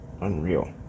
Unreal